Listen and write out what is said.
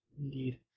Indeed